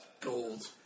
Gold